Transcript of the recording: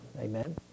amen